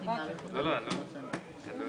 תודה.